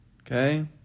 Okay